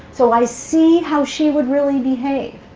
so i see how she would really behave.